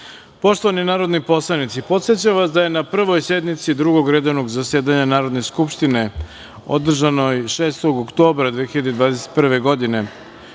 radom. Poštovani narodni poslanici, podsećam vas da je na Prvoj sednici Drugog redovnog zasedanja Narodne skupštine, održanoj 6. oktobra 2021. godine,